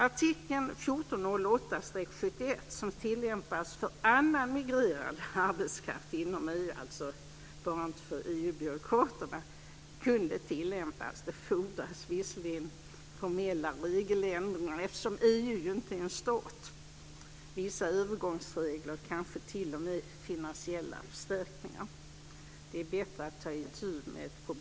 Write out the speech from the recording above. Artikeln 1408/71, som tillämpas för annan migrerande arbetskraft inom EU, alltså inte för EU-byråkraterna, kunde tillämpas. Det fordras visserligen formella regeländringar, vissa övergångsregler och kanske t.o.m. finansiella förstärkningar, eftersom EU ju inte är en stat.